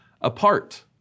apart